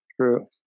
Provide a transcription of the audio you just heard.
True